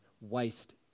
waste